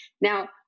Now